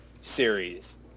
series